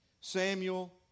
Samuel